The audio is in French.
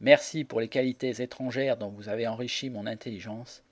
merci pour les qualités étrangères dont vous avez enrichi mon intelligence